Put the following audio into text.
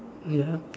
ya